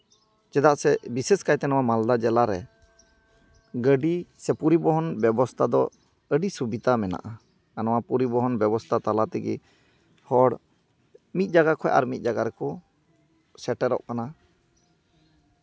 ᱪᱮᱫᱟᱜ ᱥᱮ ᱵᱤᱥᱮᱥᱠᱟᱭᱛᱮ ᱱᱚᱣᱟ ᱢᱟᱞᱫᱟ ᱡᱮᱞᱟ ᱨᱮ ᱜᱟᱹᱰᱤ ᱥᱮ ᱯᱚᱨᱤᱵᱚᱦᱚᱱ ᱵᱮᱵᱚᱥᱛᱟ ᱫᱚ ᱟᱹᱰᱤ ᱥᱩᱵᱤᱛᱟ ᱢᱮᱱᱟᱜᱼᱟ ᱟᱨ ᱱᱚᱣᱟ ᱯᱚᱨᱤᱵᱚᱦᱚᱱ ᱵᱮᱵᱚᱥᱛᱟ ᱛᱟᱞᱟ ᱛᱮᱜᱮ ᱦᱚᱲ ᱢᱤᱫ ᱡᱟᱭᱜᱟ ᱠᱷᱚᱱ ᱟᱨ ᱢᱤᱫ ᱡᱟᱭᱜᱟ ᱨᱮᱠᱚ ᱥᱮᱴᱮᱨᱚᱜ ᱠᱟᱱᱟ